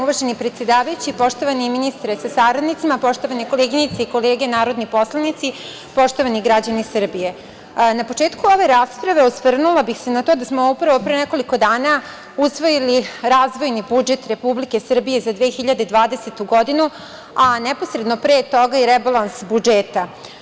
Uvaženi predsedavajući, poštovani ministre sa saradnicima, poštovane kolege i koleginice narodni poslanici, poštovani građani Srbije, na početku ove rasprave osvrnula bih se na to da smo upravo pre nekoliko dana usvojili razvojni budžet Republike Srbije za 2020. godinu, a neposredno pre toga i rebalans budžeta.